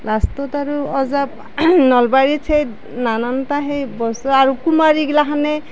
লাষ্টত আৰু নলবাৰীত সেই নাননটা সেই বস্তু আৰু কুমাৰঈগিলাখনে